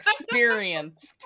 experienced